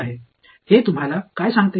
அது உங்களுக்கு என்ன சொல்கிறது